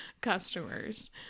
customers